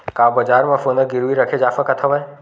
का बजार म सोना गिरवी रखे जा सकत हवय?